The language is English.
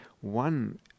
One